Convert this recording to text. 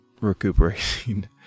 recuperating